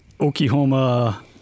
Oklahoma